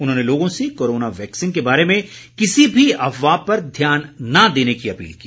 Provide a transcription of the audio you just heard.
उन्होंने लोगों से कोरोना वैक्सीन के बारे में किसी भी अफवाह पर ध्यान न देने की अपील की